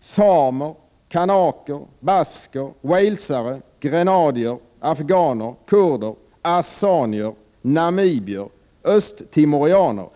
samer, kanaker, basker, walesare, grenadier, afghaner, kurder, assamier, namibier och östtimorianer.